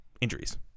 Injuries